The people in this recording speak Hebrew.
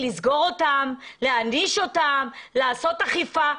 לסגור אותם, להעניש אותם, לעשות אכיפה?